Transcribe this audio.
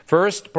First